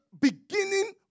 beginning